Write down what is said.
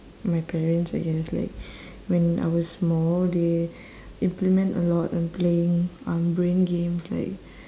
my parents I guess like when I was small they implement a lot on playing um brain games like